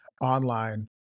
online